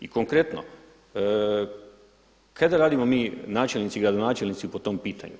I konkretno, kaj da radimo mi načelnici, gradonačelnici po tom pitanju?